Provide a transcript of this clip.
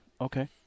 Okay